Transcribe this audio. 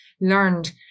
learned